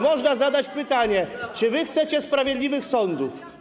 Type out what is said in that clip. Można zadać pytanie: Czy wy chcecie sprawiedliwych sądów?